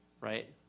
right